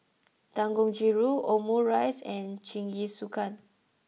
Dangojiru Omurice and Jingisukan